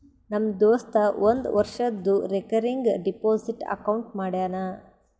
ನಮ್ ದೋಸ್ತ ಒಂದ್ ವರ್ಷದು ರೇಕರಿಂಗ್ ಡೆಪೋಸಿಟ್ ಅಕೌಂಟ್ ಮಾಡ್ಯಾನ